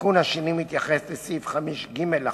התיקון השני מתייחס לסעיף 5ג לחוק.